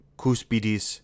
cuspidis